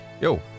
yo